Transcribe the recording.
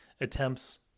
attempts